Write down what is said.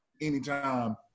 anytime